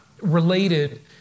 related